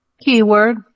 Keyword